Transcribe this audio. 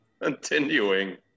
continuing